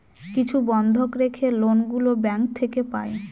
কিছু বন্ধক রেখে লোন গুলো ব্যাঙ্ক থেকে পাই